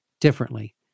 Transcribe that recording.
differently